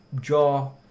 jaw